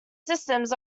systems